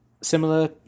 similar